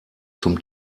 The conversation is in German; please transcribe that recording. zum